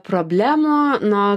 problemų nuo